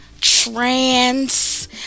trans